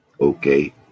Okay